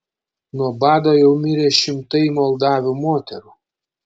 nuo bado jau mirė šimtai moldavių moterų